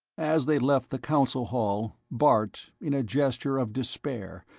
as they left the council hall, bart, in a gesture of despair,